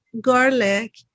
garlic